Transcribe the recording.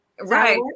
Right